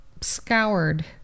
scoured